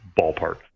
ballpark